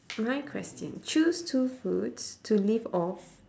my question choose two foods to live off